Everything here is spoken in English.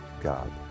God